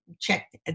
checked